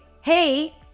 hey